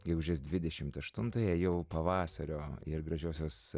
gegužės dvidešimt aštuntąją jau pavasario ir gražiosios